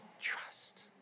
trust